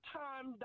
time